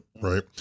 Right